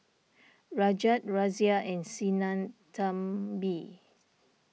Rajat Razia and Sinnathamby